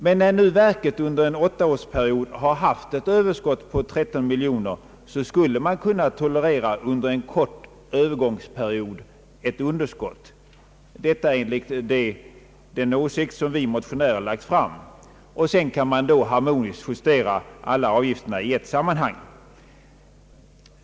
Men när nu verket under en åttaårsperiod har haft ett överskott på 13 miljoner borde man under en kort övergångsperiod kunna tolerera ett underskott, enligt den åsikt som vi motionärer lagt fram; sedan kan man harmoniskt justera alla avgifterna i ett sammanhang.